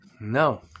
No